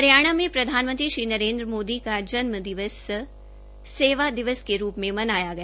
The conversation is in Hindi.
हरियाणा में प्रधानमंत्री श्री नरेन्द्र मोदी का जन्म दिन सेवा दिवस के रूप में मनाया गया